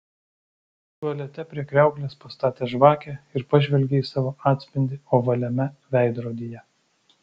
tualete prie kriauklės pastatė žvakę ir pažvelgė į savo atspindį ovaliame veidrodyje